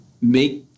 make